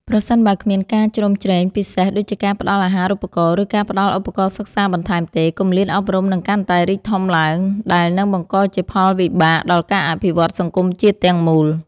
ប្រសិនបើគ្មានការជ្រោមជ្រែងពិសេសដូចជាការផ្តល់អាហារូបករណ៍ ឬការផ្តល់ឧបករណ៍សិក្សាបន្ថែមទេ គម្លាតអប់រំនឹងកាន់តែរីកធំឡើង ដែលនឹងបង្កជាផលវិបាកដល់ការអភិវឌ្ឍសង្គមជាតិទាំងមូល។